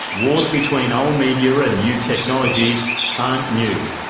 wars between old media and new technologies aren't new.